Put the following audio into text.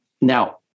now